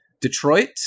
Detroit